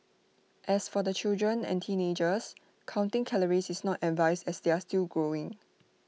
as for the children and teenagers counting calories is not advised as they are still growing